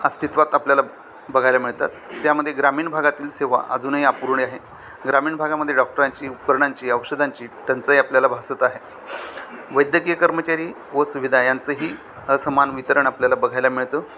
अस्तित्वात आपल्याला बघायला मिळतात त्यामध्ये ग्रामीण भागातील सेवा अजूनही अपुरी आहे ग्रामीण भागामध्ये डॉक्टरांची उपकरणांची औषधांची टंचाई आपल्याला भासत आहे वैद्यकीय कर्मचारी व सुविधा यांचंही असमान वितरण आपल्याला बघायला मिळतं